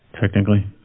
Technically